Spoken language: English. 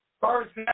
First